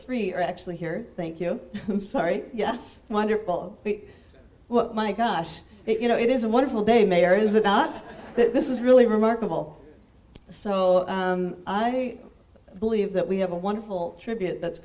three are actually here thank you i'm sorry yes wonderful oh my gosh you know it is a wonderful day mayor is that not this is really remarkable so i believe that we have a wonderful tribute that's